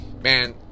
man